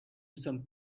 sommes